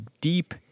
deep